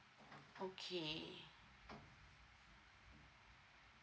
okay